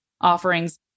offerings